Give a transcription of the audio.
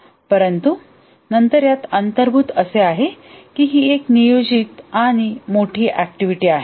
परंतु नंतर यात अंतर्भूत असे आहे की ही एक नियोजित आणि मोठी ऍक्टिव्हिटी आहे